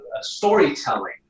storytelling